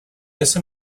ese